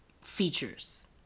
features